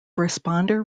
responder